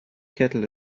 kettle